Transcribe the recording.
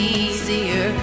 easier